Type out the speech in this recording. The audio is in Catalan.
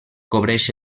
cobreix